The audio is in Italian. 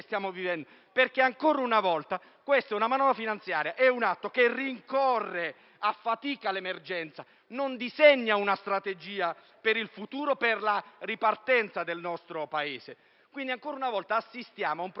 vivendo. Ancora una volta, infatti, tale manovra è un atto che rincorre a fatica l'emergenza, non disegna una strategia per il futuro, per la ripartenza del nostro Paese. Ancora una volta assistiamo a un provvedimento